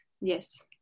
yes